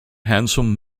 handsome